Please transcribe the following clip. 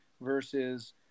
versus